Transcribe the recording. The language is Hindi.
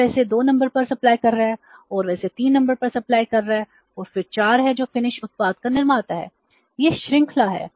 फिर वह इसे 2 नंबर पर आपूर्ति उत्पाद का निर्माता है यह श्रृंखला है